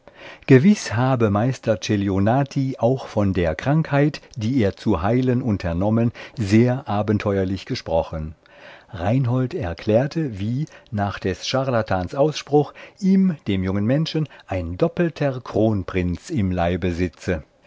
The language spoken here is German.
gewiß habe meister celionati auch von der krankheit die er zu heilen unternommen sehr abenteuerlich gesprochen reinhold erklärte wie nach des charlatans ausspruch ihm dem jungen menschen ein doppelter kronprinz im leibe sitze